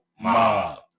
Mob